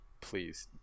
please